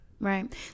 Right